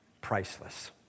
Priceless